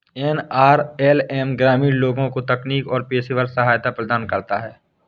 NRLM ग्रामीण लोगों को तकनीकी और पेशेवर सहायता प्रदान करता है